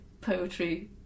poetry